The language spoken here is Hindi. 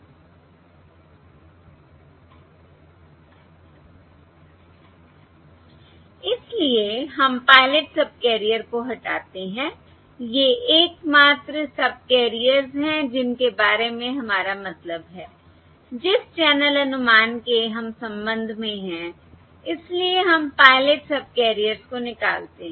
इसलिए हम पायलट सबकैरियर को हटाते हैं ये एकमात्र सबकैरियर्स हैं जिनके बारे में हमारा मतलब है जिस चैनल अनुमान के हम संबंध में हैं इसलिए हम पायलट सबकैरियर्स को निकालते हैं